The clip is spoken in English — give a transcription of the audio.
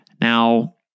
Now